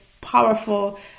powerful